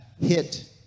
hit